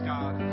God